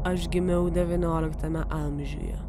aš gimiau devynioliktame amžiuje